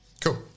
Cool